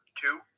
two